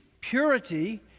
purity